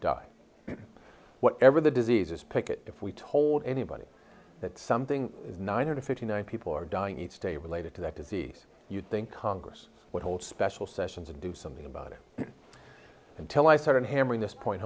die whatever the diseases pick it if we told anybody that something is nine hundred fifty nine people are dying each day related to that disease you'd think congress would hold special sessions and do something about it until i started hammering this point